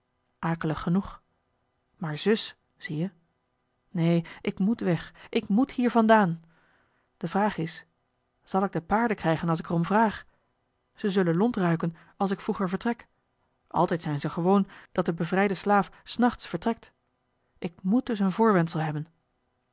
akelig genoeg maar zus zie-je neen ik moet weg ik moet hier vandaan de vraag is zal ik de paarden krijgen als ik er om vraag ze zullen lont ruiken als ik vroeger vertrek altijd zijn ze gewoon dat de bevrijde slaaf s nachts vertrekt ik moet dus een voorwendsel hebben